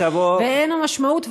ואין המשמעות,